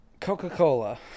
Coca-Cola